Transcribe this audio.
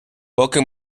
поки